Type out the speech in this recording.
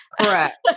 Correct